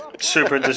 super